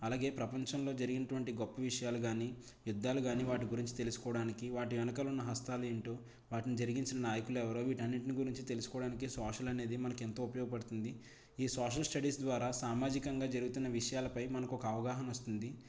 అలాగే ప్రపంచంలో జరిగినటువంటి గొప్ప విషయాలు కానీ యుద్ధాలు కానీ వాటి గురించి తెలుసుకోడానికి వాటి వెనకాల ఉన్న హస్తాలు ఏంటో వాటిని జరిగించిన నాయకులు ఎవరో వీటన్నింటిని గురించి తెలుసుకోవడానికి సోషల్ అనేది మనకి ఎంతో ఉపయోగపడుతుంది ఈ సోషల్ స్టడీస్ ద్వారా సామాజికంగా జరుగుతున్న విషయాలపై మనకు ఒక అవగాహన వస్తుంది